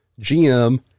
GM